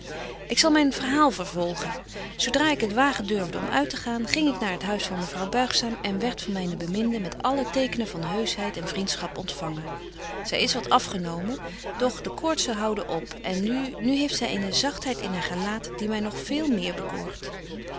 ik zal myn verhaal vervolgen zo dra ik het wagen durfde om uittegaan ging ik naar het huis van mevrouw buigzaam en werdt van myne beminde met alle tekenen van heuschheid en vriendschap ontfangen zy is wat afgenomen doch de koortzen houden op en nu nu heeft zy eene zagtheid in haar gelaat die my nog veel meer bekoort